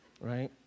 Right